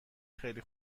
خیلی